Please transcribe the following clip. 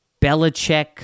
Belichick